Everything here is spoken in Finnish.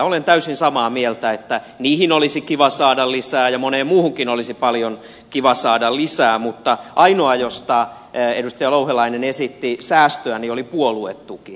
olen täysin samaa mieltä että niihin olisi kiva saada lisää ja moneen muuhunkin olisi paljon kiva saada lisää mutta ainoa josta edustaja louhelainen esitti säästöä oli puoluetuki